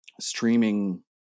streaming